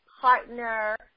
partner